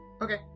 Okay